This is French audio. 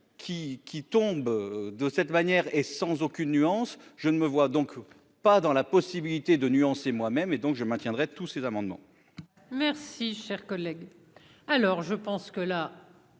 qui tombe de cette manière et sans aucune nuance, je ne me vois donc pas dans la possibilité de nuancer, moi-même et donc je maintiendrai tous ces amendements. Merci, cher collègue, alors je pense que là,